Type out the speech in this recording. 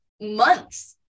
months